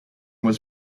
was